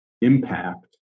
impact